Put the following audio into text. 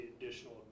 additional